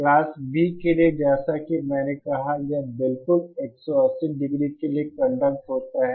class B के लिए जैसा कि मैंने कहा कि यह बिल्कुल 180 डिग्री के लिए कंडक्ट होता है